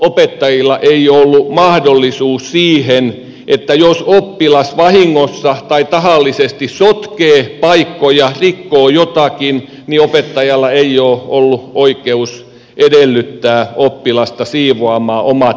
minua on hämmästyttänyt tavallaan se että jos oppilas vahingossa tai tahallisesti sotkee paikkoja rikkoo jotakin niin opettajalla ei ole ollut oikeutta edellyttää oppilasta siivoamaan omat jälkensä